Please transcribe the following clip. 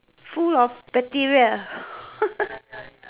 full of bacteria